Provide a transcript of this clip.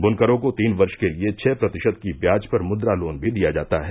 बुनकरों को तीन वर्ष के लिए छह प्रतिशत की ब्याज पर मुद्रा लोन भी दिया जाता है